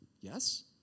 Yes